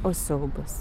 o siaubas